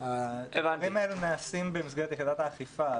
--- הדברים האלה נעשים במסגרת יחידת האכיפה.